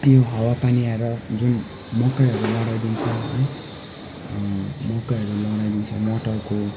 यो हावापानी आएर जुन मकैहरू लडाइदिन्छ है मकैहरू लडाइदिन्छ मटरको